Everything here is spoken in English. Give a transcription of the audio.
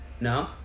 No